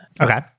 Okay